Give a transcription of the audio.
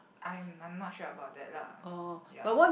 I'm I'm not sure about that lah ya